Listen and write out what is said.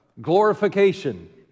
glorification